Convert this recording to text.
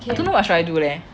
I don't know what should I do leh